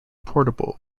portable